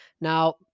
Now